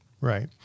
Right